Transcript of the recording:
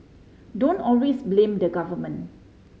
don't always blame the government